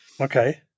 Okay